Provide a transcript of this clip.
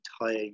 entire